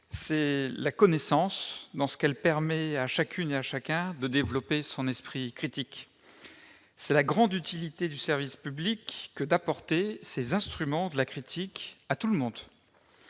c'est la connaissance, dans la mesure où elle permet à chacune et à chacun de développer son esprit critique. C'est la grande utilité du service public que d'apporter ces instruments de la critique à tout le monde.